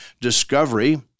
discovery